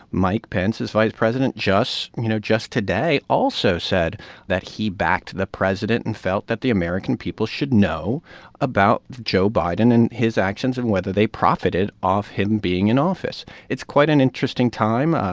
mike pence, his vice president, just you know, just today also said that he backed the president and felt that the american people should know about joe biden and his actions and whether they profited off him being in office it's quite an interesting time.